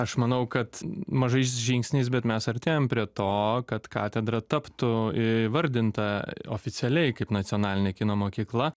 aš manau kad mažais žingsniais bet mes artėjam prie to kad katedra taptų įvardinta oficialiai kaip nacionalinė kino mokykla